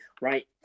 right